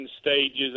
stages